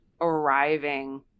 arriving